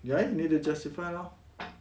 ya you don't need to justify loh